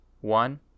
one